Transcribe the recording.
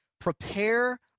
prepare